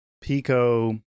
Pico